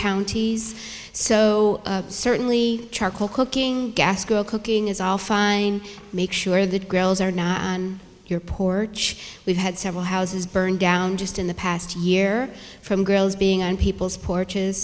counties so certainly charcoal cooking gas is all fine make sure that grills are not on your porch we've had several houses burned down just in the past year from girls being on people's porches